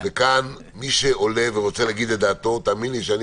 וכאן מי שעולה ורוצה להגיד את דעתו תאמין לי שאני